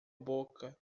boca